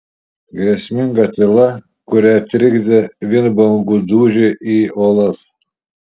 grėsminga tyla kurią trikdė vien bangų dūžiai į uolas